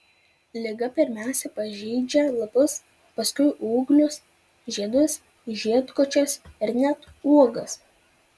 liga pirmiausia pažeidžia lapus paskui ūglius žiedus žiedkočius ir net uogas